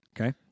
okay